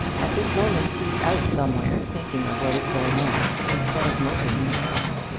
at this moment he's out somewhere, thinking of what is going on, instead of moping in the house.